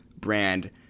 brand